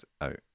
out